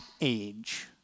age